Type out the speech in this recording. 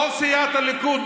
כל סיעת הליכוד,